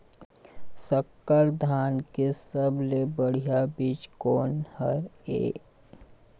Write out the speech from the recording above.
संकर धान के सबले बढ़िया बीज कोन हर ये?